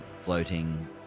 floating